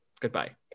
Goodbye